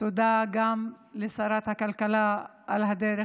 תודה גם לשרת הכלכלה על הדרך.